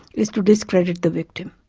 is to discredit the victim.